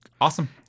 Awesome